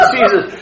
Jesus